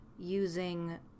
Using